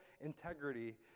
integrity